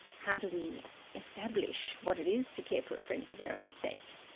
how do we establish what it is to care for a friend for their own sake?